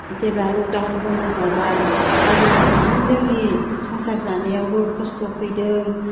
जेब्ला lockdown बन्द जाबाय अब्ला गोबां जोंनि संसार जानायावबो खष्ट फैदों